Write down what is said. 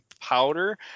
powder